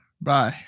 Bye